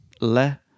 le